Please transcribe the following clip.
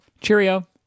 Cheerio